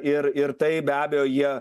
ir ir tai be abejo jie